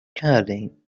کردهایم